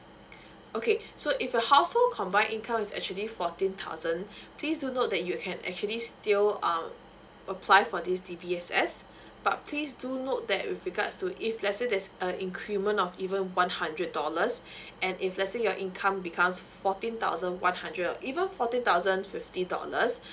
okay so if your household combine income is actually fourteen thousand please do note that you can actually still um apply for this D_B_S_S but please do note that with regards to if let's say there's a increment of even one hundred dollars and if let's say your income becomes fourteen thousand one hundred or even fourteen thousand fifty dollars